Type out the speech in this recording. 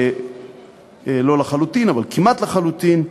לא לחלוטין אבל כמעט לחלוטין,